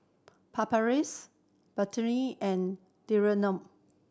Papulex Betadine and